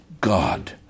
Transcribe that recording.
God